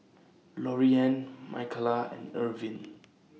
Loriann Micaela and Irvine